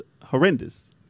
horrendous